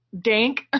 dank